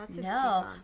No